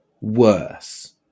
worse